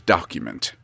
Document